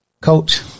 Coach